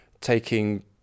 taking